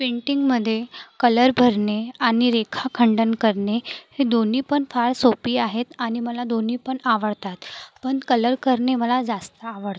पेंटिंगमध्ये कलर भरणे आणि रेखाखंडन करणे हे दोन्ही पण फार सोपी आहेत आणि मला दोन्ही पण आवडतात पण कलर करणे मला जास्त आवडते